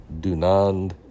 Dunand